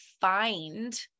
find